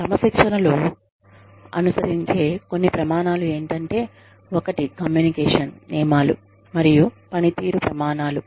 క్రమశిక్షణలో అనుసరించే కొన్ని ప్రమాణాలు ఎంటంటే ఒకటి కమ్యూనికేషన్ నియమాలు మరియు పనితీరు ప్రమాణాలు